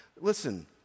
Listen